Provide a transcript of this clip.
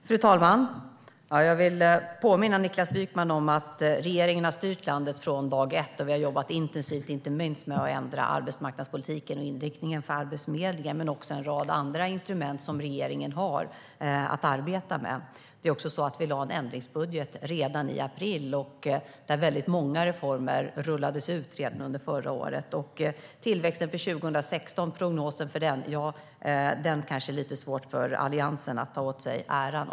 Fru talman! Jag vill påminna Niklas Wykman om att regeringen har styrt landet från dag ett. Vi har jobbat intensivt inte minst med att ändra arbetsmarknadspolitiken och inriktningen för Arbetsförmedlingen men också en rad andra instrument som regeringen har att arbeta med. Vi lade också en ändringsbudget redan i april, där väldigt många reformer rullades ut redan under förra året. När det gäller den tillväxt som finns i prognosen för 2016 är det kanske lite svårt för Alliansen att ta åt sig äran.